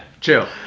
chill